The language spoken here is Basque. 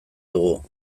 dugu